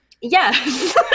Yes